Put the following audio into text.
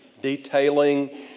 detailing